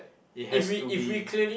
it has to be